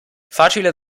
facile